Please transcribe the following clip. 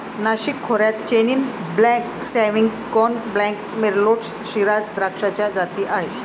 नाशिक खोऱ्यात Chenin Blanc, Sauvignon Blanc, Merlot, Shiraz द्राक्षाच्या जाती आहेत